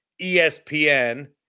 ESPN